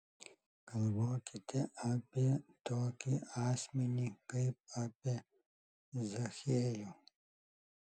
galvokite apie tokį asmenį kaip apie zachiejų